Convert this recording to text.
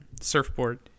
surfboard